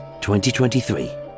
2023